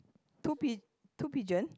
two pi~ two pigeon